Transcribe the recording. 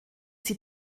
sie